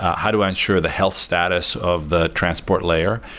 how do i ensure the health status of the transport layer?